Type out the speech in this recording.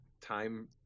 time